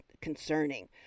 concerning